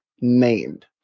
named